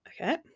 okay